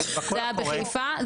זה היה בחיפה,